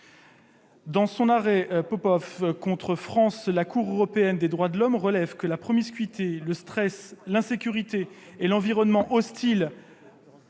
Dans son arrêt, la Cour européenne des droits de l'homme relève que « la promiscuité, le stress, l'insécurité et l'environnement hostile